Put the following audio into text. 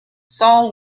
saul